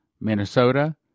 Minnesota